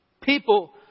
people